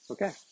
Okay